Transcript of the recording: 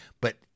but-